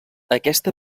aquesta